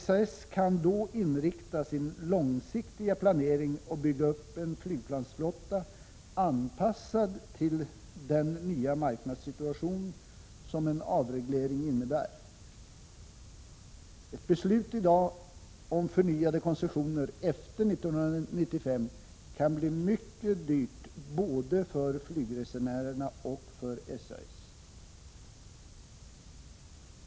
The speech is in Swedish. SAS kan då inrikta sin långsiktiga planering och bygga upp en flygplansflotta anpassad till den nya marknadssituation som en avreglering innebär. Ett beslut i dag om förnyade koncessioner efter 1995 kan bli mycket dyrt, både för flygresenärerna och för SAS.